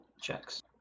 checks